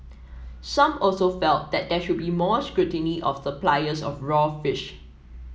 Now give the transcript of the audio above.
some also felt that there should be more scrutiny of the suppliers of raw fish